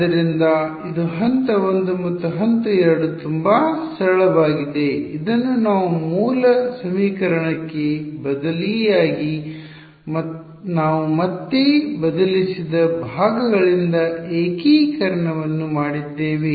ಆದ್ದರಿಂದ ಇದು ಹಂತ 1 ಮತ್ತು ಹಂತ 2 ತುಂಬಾ ಸರಳವಾಗಿದೆ ಇದನ್ನು ನಾವು ಮೂಲ ಸಮೀಕರಣಕ್ಕೆ ಬದಲಿಯಾಗಿ ನಾವು ಮತ್ತೆ ಬದಲಿಸಿದ ಭಾಗಗಳಿಂದ ಏಕೀಕರಣವನ್ನು ಮಾಡಿದ್ದೇವೆ